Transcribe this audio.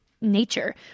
nature